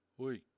Oi